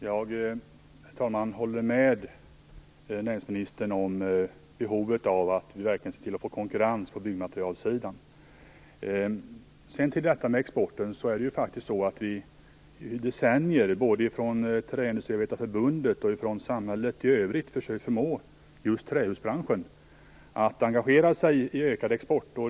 Herr talman! Jag håller med näringsministern i fråga om behovet av att få konkurrens på byggmaterialsidan. För att sedan gå över till detta med exporten så är det ju så vi i decennier, både från Träindustriarbetareförbundet och från samhället i övrigt, försökt förmå trähusbranschen att engagera sig i ökad export.